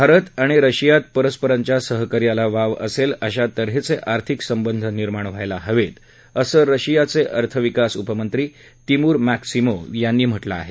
भारत आणि रशियात परस्परांच्या सहकार्याला वाव असेल अशा त हेचे आर्थिक संबंध निर्माण व्हायला हवेत असं रशियाचे अर्थविकास उपमंत्री तिमूर मॅकसिमोव्ह यांनी म्हटलं आहे